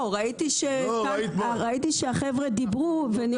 לא, ראיתי שהחבר'ה דיברו ונכנסו לדברים.